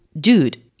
dude